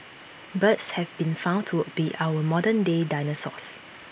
birds have been found to be our modern day dinosaurs